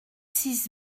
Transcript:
six